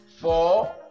four